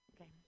okay